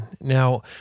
Now